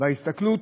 בהסתכלות